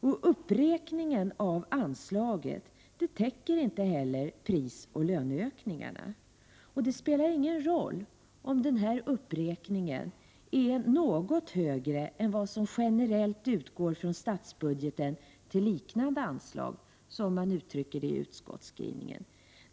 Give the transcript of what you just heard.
Och uppräkningen av anslaget täcker inte heller prisoch löneökningarna. Det spelar inte någon roll om denna uppräkning är något större än det som generellt utgår från statsbudgeten till liknande anslag, som man uttrycker det i utskottsskrivningen.